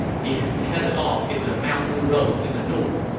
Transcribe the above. he has headed off into the mountain roads in the north,